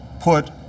put